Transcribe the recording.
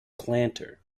planter